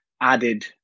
added